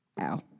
ow